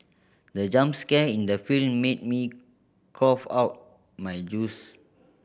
the jump scare in the film made me cough out my juice